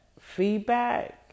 feedback